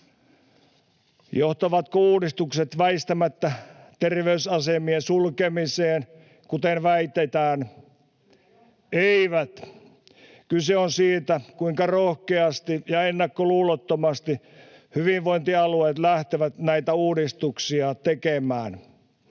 Johtavatko uudistukset väistämättä terveysasemien sulkemiseen, kuten väitetään? [Hanna-Leena Mattila: Kyllä johtaa!] Eivät. Kyse on siitä, kuinka rohkeasti ja ennakkoluulottomasti hyvinvointialueet lähtevät näitä uudistuksia tekemään,